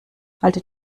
alte